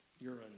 urine